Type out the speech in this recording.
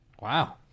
Wow